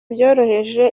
byoroheje